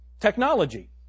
Technology